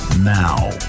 now